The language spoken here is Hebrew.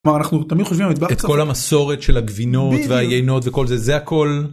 אנחנו תמיד חוזרים את כל המסורת של הגבינות והיינות וכל זה זה הכל.